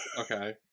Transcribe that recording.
Okay